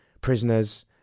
prisoners